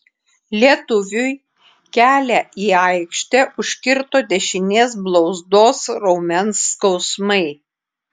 lietuviui kelią į aikštę užkirto dešinės blauzdos raumens skausmai